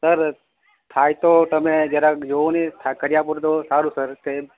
sir થાય તો તમે જરાક જોવો ને થા કરી આપો ને તો સારું સર કે